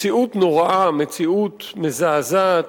מציאות נוראה, מציאות מזעזעת,